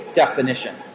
definition